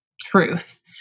truth